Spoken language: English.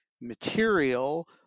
material